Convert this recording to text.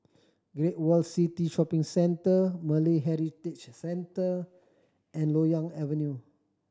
Great World City Shopping Centre Malay Heritage Centre and Loyang Avenue